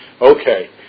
okay